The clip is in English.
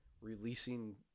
releasing